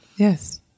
Yes